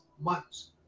months